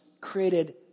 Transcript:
created